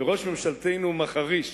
וראש ממשלתנו מחריש,